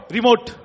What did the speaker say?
Remote